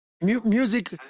Music